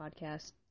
podcast